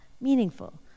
meaningful